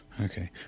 Okay